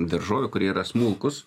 daržovių kurie yra smulkūs